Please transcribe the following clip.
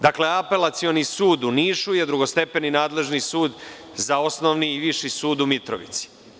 Dakle, Apelacioni sud u Nišu je drugostepeni nadležni sud za Osnovni i Viši sud u Mitrovici.